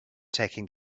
taking